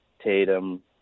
Tatum